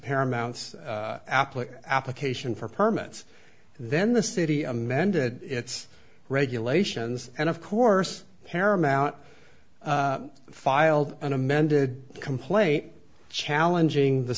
paramount's appliqued application for permits then the city amended its regulations and of course paramount filed an amended complaint challenging the